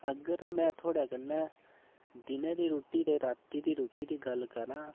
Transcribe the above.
अगर में थोहाड़े कन्नै दिने दी रुट्टी ते राती दी रुट्टी दी गल्ल करां